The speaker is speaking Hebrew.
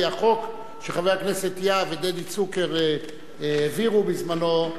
כי החוק שחברי הכנסת יהב ודדי צוקר העבירו בזמנו,